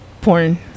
porn